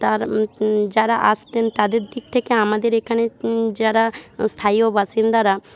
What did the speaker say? তার যারা আসতেন তাদের দিক থেকে আমাদের এখানে যারা স্থানীয় বাসিন্দারা